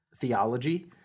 theology